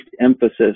emphasis